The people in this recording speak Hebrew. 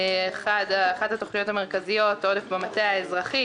אחת התוכניות המרכזיות היא המטה האזרחי: